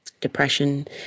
depression